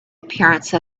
appearance